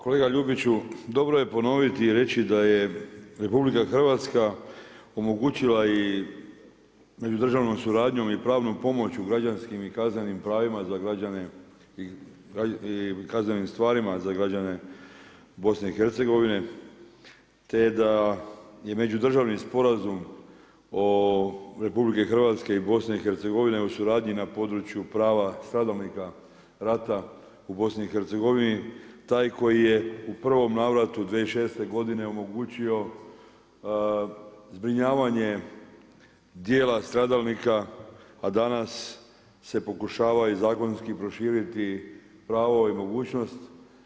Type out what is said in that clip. Kolega Ljubiću dobro je ponoviti i reći da je RH omogućila i međudržavnom suradnjom i pravnom pomoći u građanskim i kaznenim pravima za građane i kaznenim stvarima za građane BiH te da je Međudržavni sporazum o, RH i BiH o suradnji na području prava stradalnika rata u BiH taj koji je u prvom navratu 2006. godine omogućio zbrinjavanje djela stradalnika a danas se pokušava i zakonski proširiti pravo i mogućnost.